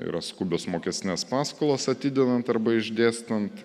yra skubios mokestinės paskolos atidedant arba išdėstant